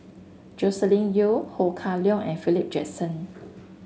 Joscelin Yeo Ho Kah Leong and Philip Jackson